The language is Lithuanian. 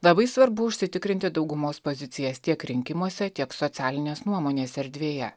labai svarbu užsitikrinti daugumos pozicijas tiek rinkimuose tiek socialinės nuomonės erdvėje